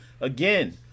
again